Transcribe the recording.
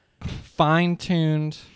fine-tuned